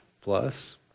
plus